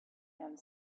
and